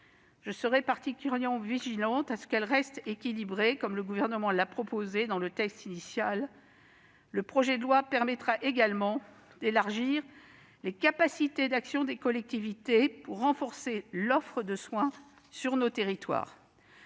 Je serai particulière vigilante à ce qu'elle reste équilibrée, comme le Gouvernement l'a proposé dans le texte initial. Le projet de loi permettra également d'élargir les capacités d'action des collectivités pour renforcer l'offre de soins sur tous les territoires.